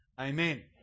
Amen